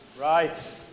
Right